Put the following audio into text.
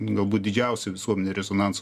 galbūt didžiausią visuomenėj rezonansą